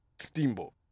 Steamboat